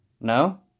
no